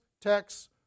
texts